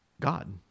God